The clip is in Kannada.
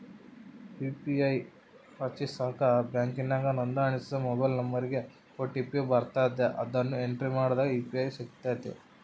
ಯು.ಪಿ.ಐ ರಚಿಸಾಕ ಬ್ಯಾಂಕಿಗೆ ನೋಂದಣಿಸಿದ ಮೊಬೈಲ್ ನಂಬರಿಗೆ ಓ.ಟಿ.ಪಿ ಬರ್ತತೆ, ಅದುನ್ನ ಎಂಟ್ರಿ ಮಾಡಿದಾಗ ಯು.ಪಿ.ಐ ಸಿಗ್ತತೆ